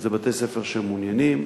בתי-ספר שמעוניינים.